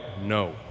No